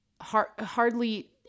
hardly